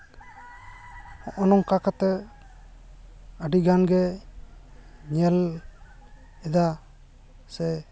ᱦᱚᱜᱼᱚᱭ ᱱᱚᱝᱠᱟ ᱠᱟᱛᱮ ᱟᱹᱰᱤᱜᱟᱱ ᱜᱮ ᱧᱮᱞ ᱮᱫᱟ ᱥᱮ